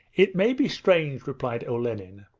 it may be strange replied olenin,